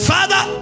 Father